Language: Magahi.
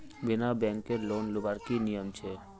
बिना बैंकेर लोन लुबार की नियम छे?